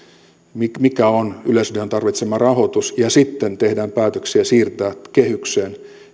mikä on yleisradion tarvitsema rahoitus ja sitten tehdään päätöksiä siirtää kehykseen